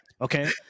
Okay